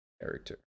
character